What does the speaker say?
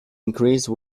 increase